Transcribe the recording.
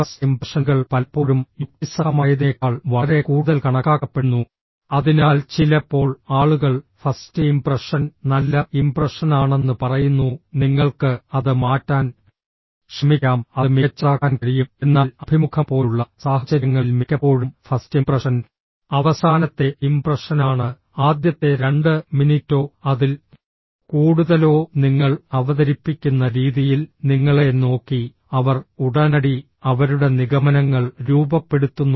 first ഇംപ്രഷനുകൾ പലപ്പോഴും യുക്തിസഹമായതിനേക്കാൾ വളരെ കൂടുതൽ കണക്കാക്കപ്പെടുന്നു അതിനാൽ ചിലപ്പോൾ ആളുകൾ ഫസ്റ്റ് ഇംപ്രഷൻ നല്ല ഇംപ്രഷനാണെന്ന് പറയുന്നു നിങ്ങൾക്ക് അത് മാറ്റാൻ ശ്രമിക്കാം അത് മികച്ചതാക്കാൻ കഴിയും എന്നാൽ അഭിമുഖം പോലുള്ള സാഹചര്യങ്ങളിൽ മിക്കപ്പോഴും ഫസ്റ്റ് ഇംപ്രഷൻ അവസാനത്തെ ഇംപ്രഷനാണ് ആദ്യത്തെ രണ്ട് മിനിറ്റോ അതിൽ കൂടുതലോ നിങ്ങൾ അവതരിപ്പിക്കുന്ന രീതിയിൽ നിങ്ങളെ നോക്കി അവർ ഉടനടി അവരുടെ നിഗമനങ്ങൾ രൂപപ്പെടുത്തുന്നു